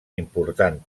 important